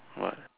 what